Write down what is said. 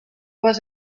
was